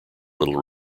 little